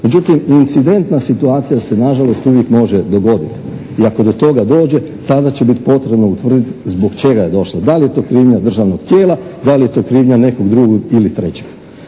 Međutim, incidentna situacija se nažalost uvijek može dogoditi. I ako do toga dođe tada će biti potrebno utvrditi zbog čega je došla. Da li je to krivnja državnog tijela, da li je to krivnja nekog drugog ili trećeg.